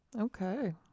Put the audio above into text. Okay